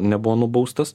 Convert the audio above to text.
nebuvo nubaustas